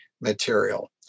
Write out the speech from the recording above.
material